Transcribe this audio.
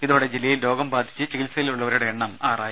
ഇതോടെ ജില്ലയിൽ രോഗം ബാധിച്ച് ചികിത്സയിലുള്ളവരുടെ എണ്ണം ആറായി